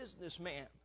businessman